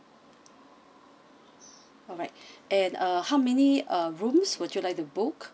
alright and uh how many uh rooms would you like to book